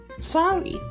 sorry